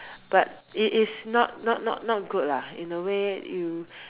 but it it's not not not not good lah in a way you